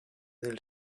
del